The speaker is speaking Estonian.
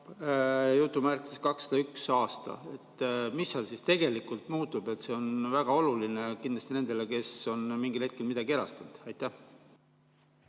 "2001. aasta". Mis seal siis tegelikult muutub? See on väga oluline kindlasti nendele, kes on mingil hetkel midagi erastanud. Hea